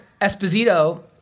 Esposito